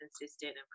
consistent